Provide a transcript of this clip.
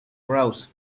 roses